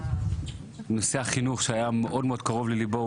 נושא החינוך היא מאוד קרוב לליבו.